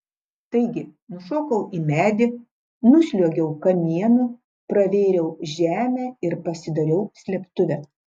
taigi nušokau į medį nusliuogiau kamienu pravėriau žemę ir pasidariau slėptuvę